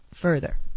further